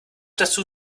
dazu